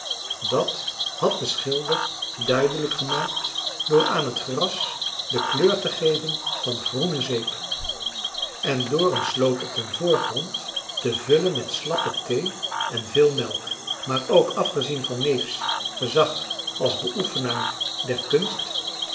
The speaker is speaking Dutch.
dat had de schilder duidelijk gemaakt door aan het gras de kleur te geven van groene zeep en door een sloot op den voorgrond te vullen met slappe thee en veel melk maar ook afgezien van neefs gezag als beoefenaar der